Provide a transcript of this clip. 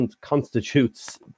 constitutes